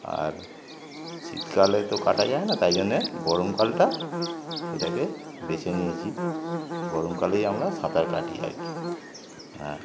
আর শীতকালে তো কাটা যায় না তাই জন্যে গরমকালটা এটাকে বেছে নিয়েছি গরমকালেই আমরা সাঁতার কাটি আর কি হ্যাঁ